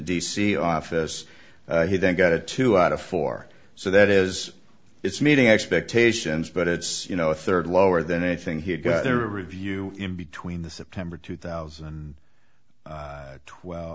c office he then got a two out of four so that is it's meeting expectations but it's you know a third lower than anything he had got their review in between the september two thousand and twelve